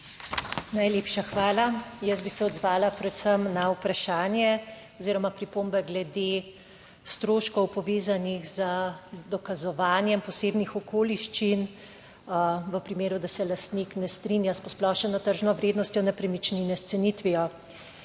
Najlepša hvala. Jaz bi se odzvala predvsem na vprašanje oziroma pripombe glede stroškov povezanih z dokazovanjem posebnih okoliščin v primeru, da se lastnik ne strinja s posplošeno tržno vrednostjo nepremičnine s cenitvijo.